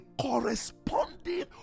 corresponding